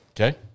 Okay